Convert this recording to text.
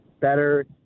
better